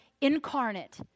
incarnate